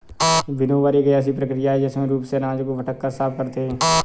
winnower एक ऐसी प्रक्रिया है जिसमें रूप से अनाज को पटक कर साफ करते हैं